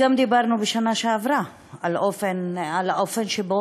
גם בשנה שעברה דיברנו על האופן שבו